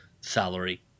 salary